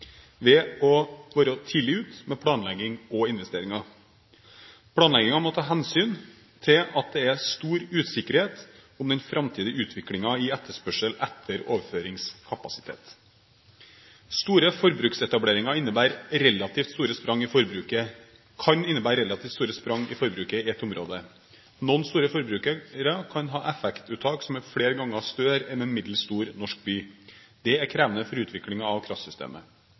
ved å være tidlig ute med planlegging og investeringer. Planleggingen må ta hensyn til at det er stor usikkerhet om den framtidige utviklingen i etterspørsel etter overføringskapasitet. Store forbruksetableringer kan innebære relativt store sprang i forbruket i et område. Noen store forbrukere kan ha effektuttak som er flere ganger større enn en middels stor norsk by. Det er krevende for utviklingen av kraftsystemet.